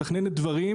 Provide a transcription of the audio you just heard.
מתכננת דברים,